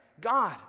God